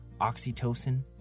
oxytocin